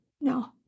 no